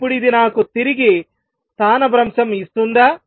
ఇప్పుడు ఇది నాకు తిరిగి స్థానభ్రంశం ఇస్తుందా